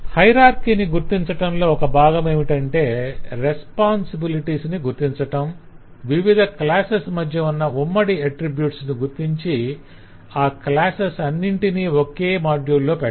hierarchy ని గుర్తించటంలో ఒక బాగమేమిటంటే రెస్పొంసిబిలిటీస్ ను గుర్తించటం వివిధ క్లాసెస్ మధ్య ఉన్న ఉమ్మడి అట్రిబ్యూట్స్ ను గుర్తించి ఆ క్లాసెస్ అన్నింటిని ఒకే మాడ్యుల్ లో పెట్టడం